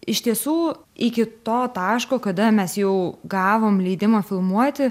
iš tiesų iki to taško kada mes jau gavom leidimą filmuoti